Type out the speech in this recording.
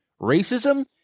Racism